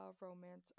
romance